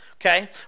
okay